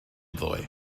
ddoe